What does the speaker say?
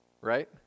right